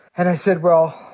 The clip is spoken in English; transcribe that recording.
and i said, well,